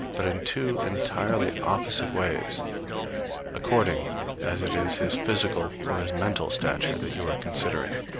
but in two entirely opposite ways according as it is his physical or his mental stature that you are considering.